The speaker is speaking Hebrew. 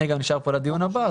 אני נשאר כאן גם לדיון הבא.